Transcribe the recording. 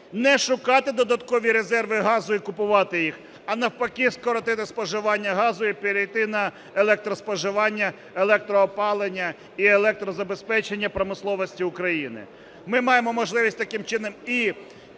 не шукати додаткові резерви газу і купувати їх, а навпаки, скоротити споживання газу і перейти на електроспоживання, електроопалення і електрозабезпечення промисловості України. Ми маємо можливість таким чином і